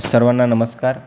सर्वांना नमस्कार